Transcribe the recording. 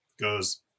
Goes